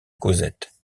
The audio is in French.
cosette